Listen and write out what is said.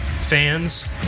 fans